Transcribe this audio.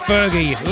Fergie